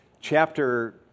chapter